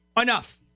Enough